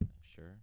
Sure